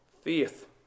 faith